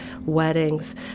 weddings